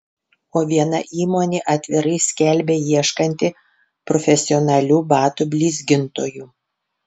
o viena įmonė atvirai skelbia ieškanti profesionalių batų blizgintojų